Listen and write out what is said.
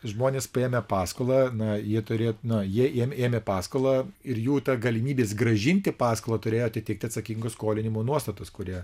žmonės paėmę paskolą na jie turė na jie ėmė paskolą ir jų galimybės grąžinti paskolą turėjo atitikti atsakingo skolinimo nuostatus kurie